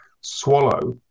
swallow